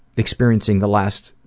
experiencing the last,